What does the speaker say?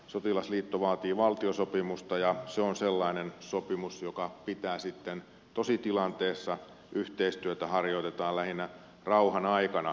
sotilasliitto vaatii valtiosopimusta ja se on sellainen sopimus joka pitää sitten tositilanteessa yhteistyötä harjoitetaan lähinnä rauhanaikana